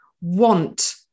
want